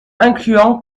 incluant